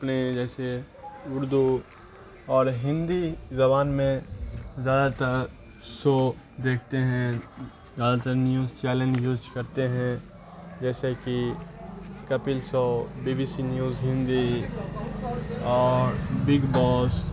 اپنے جیسے اردو اور ہندی زبان میں زیادہ تر شو دیکھتے ہیں زیادہ تر نیوز چینل یوز کرتے ہیں جیسے کہ Kapil show B B C news Hindi اور بگ باس